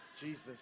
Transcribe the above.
Jesus